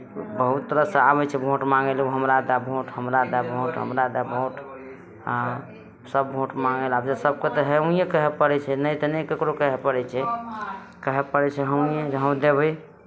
बहुत तरहसँ आबै छै भोट माङ्गय लेल हउ हमरा दए भोट हमरा दए भोट हमरा दए भोट हँ सभ भोट माङ्गय लेल आबै छै सभके तऽ हँ हँए कहय पड़ै छै नहि तऽ नहि ककरो कहय पड़ै छै कहय पड़ै छै हँए जे हँ देबै